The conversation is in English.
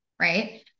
right